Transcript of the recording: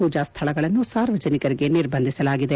ಪೂಜಾ ಸ್ವಳಗಳನ್ನು ಸಾರ್ವಜನಿಕರಿಗೆ ನಿರ್ಬಂಧಿಸಲಾಗಿದೆ